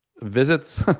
Visits